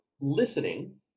listening